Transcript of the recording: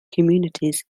communities